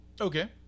Okay